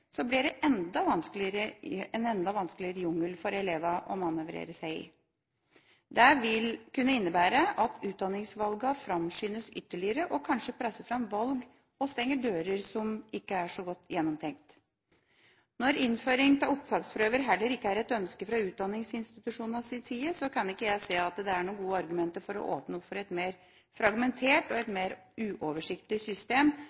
en enda vanskeligere jungel for elevene å manøvrere i. Det vil kunne innebære at utdanningsvalgene framskyndes ytterligere, og kanskje presser det fram valg som ikke er så godt gjennomtenkt, og stenger dører. Når innføring av opptaksprøver heller ikke er et ønske fra utdanningsinstitusjonenes side, kan jeg ikke se at det er noen gode argumenter for å åpne opp for et mer fragmentert og mer uoversiktlig system